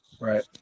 Right